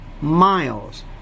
miles